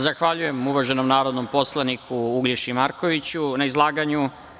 Zahvaljujem, uvaženom poslaniku, Uglješi Markoviću na izlaganju.